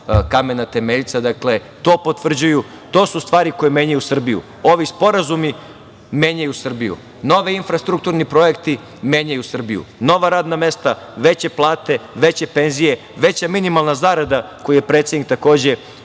kamena temeljca, to potvrđuju. To su stvari koji menjaju Srbiju. Ovi sporazumi menjaju Srbiju. Novi infrastrukturni projekti menjaju Srbiju. Nova radna mesta, veće plate, veće penzije, veća minimalna zarada koju je predsednik, takođe,